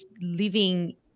living